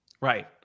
Right